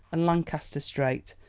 and lancaster strait,